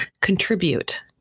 contribute